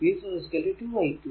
v0 2 i2